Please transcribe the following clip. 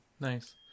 Nice